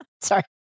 Sorry